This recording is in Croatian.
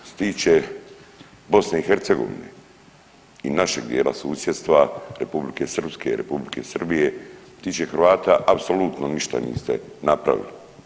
Što se tiče BiH i našeg dijela susjedstva Republike Srpske i Republike Srbije što se tiče Hrvata apsolutno ništa niste napravili.